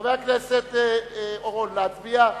חבר הכנסת אורון, להצביע?